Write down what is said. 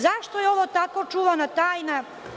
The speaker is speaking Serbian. Zašto je ovo tako čuvana tajna?